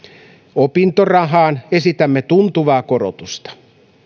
opintorahaan esitämme tuntuvaa korotusta